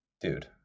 dude